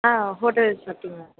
ஆ ஹோட்டலில் சாப்பிட்டிங்களாக்கும்